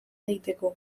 egiteko